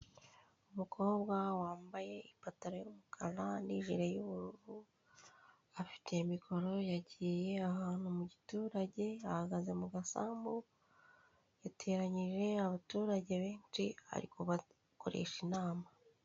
Umukobwa wambaye ipantaro y'umukara n'ijire y'ubururu, afite mikoro yagiye ahantu mu giturage ahagaze mu gasambu yateranyije abaturage benshi ari kubakoresha inama.